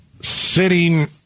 sitting